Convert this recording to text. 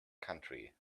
country